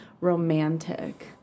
romantic